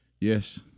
Yes